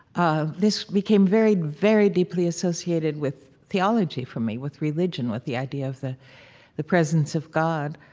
ah this became very, very deeply associated with theology for me, with religion, with the idea of the the presence of god.